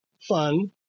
fun